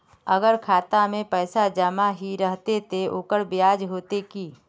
अगर खाता में पैसा जमा ही रहते ते ओकर ब्याज बढ़ते की?